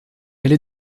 allée